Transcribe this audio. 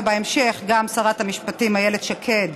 ובהמשך גם שרת המשפטים איילת שקד,